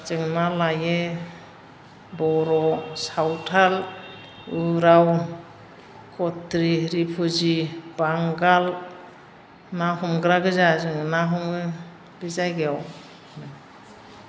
जों ना लायो बर' सावथाल उराव खथ्रि रिफिउजि बांगाल ना हमग्रागोजा जों ना हमो बे जायगायाव